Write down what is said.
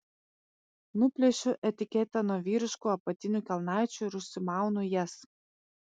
nuplėšiu etiketę nuo vyriškų apatinių kelnaičių ir užsimaunu jas